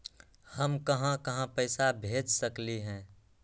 हम कहां कहां पैसा भेज सकली ह?